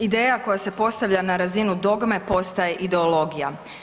Ideja koja se postavlja na razinu dogme postaje ideologija.